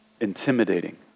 intimidating